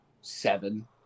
seven